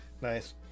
nice